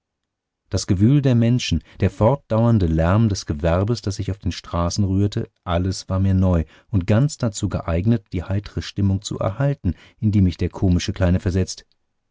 das gewühl der menschen der fortdauernde lärm des gewerbes das sich auf den straßen rührte alles war mir neu und ganz dazu geeignet die heitre stimmung zu erhalten in die mich der komische kleine versetzt